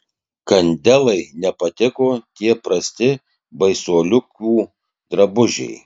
kandelai nepatiko tie prasti baisuoliukų drabužiai